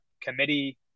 committee